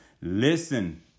listen